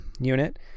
unit